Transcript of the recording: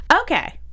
Okay